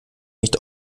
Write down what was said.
nicht